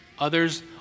others